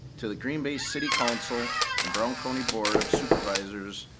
to the green bay city council and brown county board of supervisors,